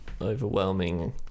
overwhelming